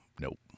Nope